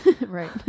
right